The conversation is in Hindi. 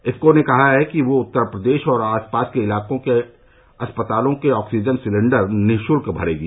इपको ने कहा है कि वह उत्तर प्रदेश और आसपास के इलाकों के अस्पतालों के ऑक्सीजन सिलिंडर निःशुल्क भरेगी